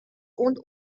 und